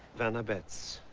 werner betts.